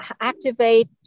activate